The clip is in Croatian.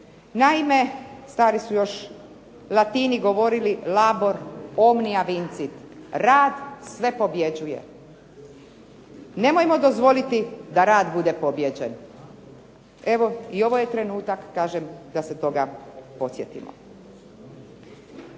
Naime, stari su još Latini govorili labor omnia vincit – rad sve pobjeđuje. Nemojmo dozvoliti da rad bude pobijeđen. Evo i ovo je trenutak, kažem, da se toga podsjetimo.